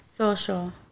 social